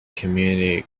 community